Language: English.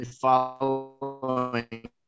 following